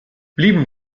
blieben